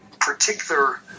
particular –